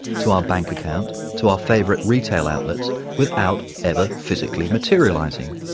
to our bank account, to our favorite retail outlets without ever physically materializing.